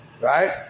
Right